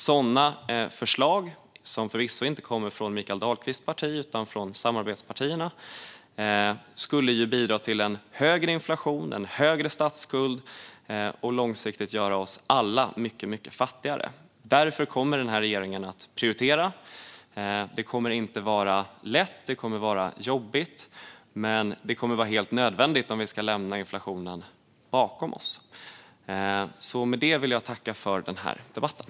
Sådana förslag, som förvisso inte kommer från Mikael Dahlqvists parti utan från samarbetspartierna, skulle bidra till en högre inflation och en högre statsskuld och långsiktigt göra oss alla mycket fattigare. Den här regeringen kommer att prioritera. Det kommer inte att vara lätt. Det kommer att vara jobbigt, men det kommer att vara helt nödvändigt om vi ska lämna inflationen bakom oss. Med detta vill jag tacka för debatten.